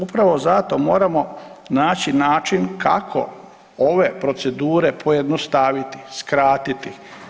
Upravo zato moramo naći način kako ove procedure pojednostaviti, skratiti.